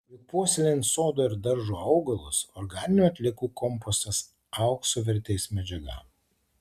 juk puoselėjant sodo ir daržo augalus organinių atliekų kompostas aukso vertės medžiaga